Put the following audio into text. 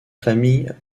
familles